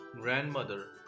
grandmother